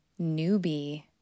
newbie